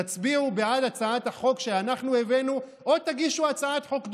תצביעו בעד הצעת החוק שאנחנו הבאנו או תגישו הצעת חוק דומה.